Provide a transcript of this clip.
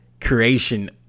creation